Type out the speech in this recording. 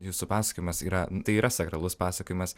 jūsų pasakojimas yra tai yra sakralus pasakojimas